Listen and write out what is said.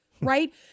right